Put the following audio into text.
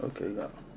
Okay